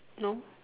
no